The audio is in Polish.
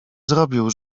zrobił